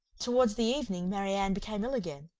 towards the evening marianne became ill again,